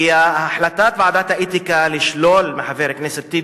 כי החלטת ועדת האתיקה לשלול מחבר הכנסת טיבי